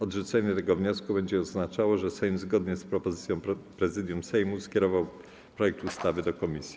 Odrzucenie tego wniosku będzie oznaczało, że Sejm zgodnie z propozycją Prezydium Sejmu skierował projekt ustawy do komisji.